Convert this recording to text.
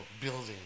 building